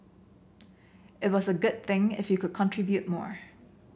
it was a good thing if you could contribute more